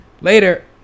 Later